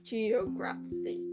Geography